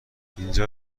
اینجا